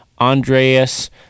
Andreas